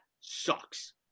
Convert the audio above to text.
sucks